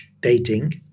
dating